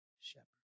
shepherd